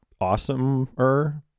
awesomer